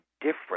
different